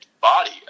body